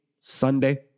Sunday